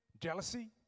jealousy